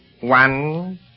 One